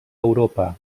europa